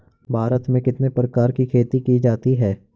भारत में कितने प्रकार की खेती की जाती हैं?